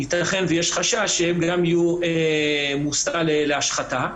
יש חשש שהם גם יהיו מושא להשחתה.